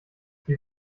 sie